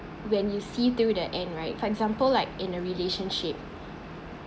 when you see till the end right for example like in a relationship